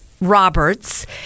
Roberts